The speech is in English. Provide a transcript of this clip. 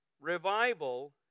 revival